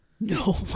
No